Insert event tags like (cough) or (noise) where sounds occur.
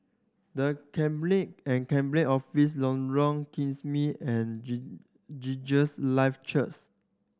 The Cabinet and Cabinet Office Lorong Kismis and (unintelligible) Jesus Live Churchth